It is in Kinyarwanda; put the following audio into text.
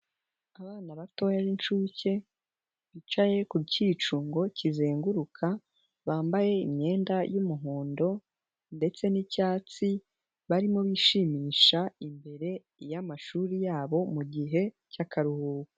Abana batoya b'inshuke, bicaye ku cyicungo kizenguruka, bambaye imyenda y'umuhondo ndetse n'icyatsi, barimo bishimisha imbere y'amashuri yabo mu gihe cy'akaruhuko.